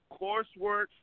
coursework